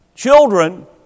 Children